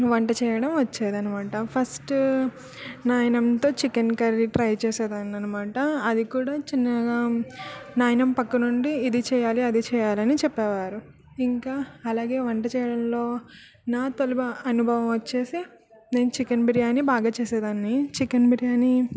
వంట చేయడం వచ్చేది అనమాట ఫస్టు నాయనమ్మతో చికెన్ కర్రీ ట్రై చేసేదాన్ని అనమాట అది కూడ చిన్నగా నాయనమ్మ పక్కనుండి ఇది చేయాలి అది చేయాలి అని చెప్పేవారు ఇంకా అలాగే వంట చేయడంలో నా తొలి అనుభవం వచ్చేసి నేను చికెన్ బిరియాని బాగా చేసేదాన్ని చికెన్ బిర్యానీ